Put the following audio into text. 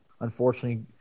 unfortunately